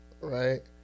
Right